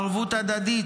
ערבות הדדית,